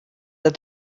that